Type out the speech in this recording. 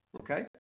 Okay